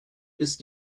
ist